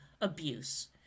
abuse